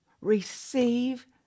Receive